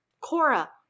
Cora